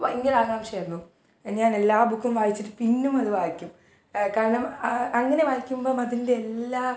ഭയങ്കര ആകാംക്ഷയായിരുന്നു ഞാനെല്ലാ ബുക്കും വായിച്ചിട്ട് പിന്നുവത് വായിക്കും കാരണം അങ്ങനെ വായിക്കുമ്പം അതിന്റെ എല്ലാ